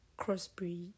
crossbreed